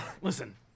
Listen